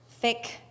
thick